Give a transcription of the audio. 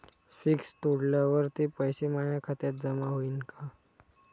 Fix तोडल्यावर ते पैसे माया खात्यात जमा होईनं का?